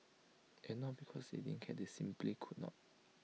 and not because they didn't care they simply could not